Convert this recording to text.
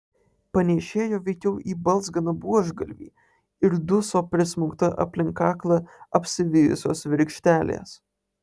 panėšėjo veikiau į balzganą buožgalvį ir duso prismaugta aplink kaklą apsivijusios virkštelės